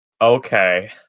Okay